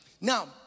Now